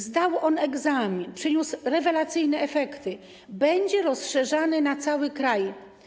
Zdał on egzamin, przyniósł rewelacyjne efekty, będzie rozszerzany na cały kraj.